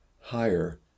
higher